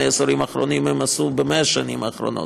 העשורים האחרונים ב-100 השנים האחרונות.